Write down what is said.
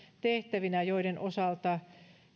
tehtävinä joiden osalta